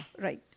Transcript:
Right